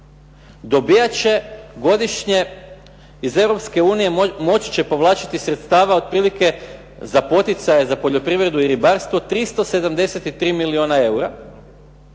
Europske unije moći će povlačiti sredstava otprilike za poticaje za poljoprivredu i ribarstvo 373 milijuna eura,